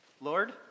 Lord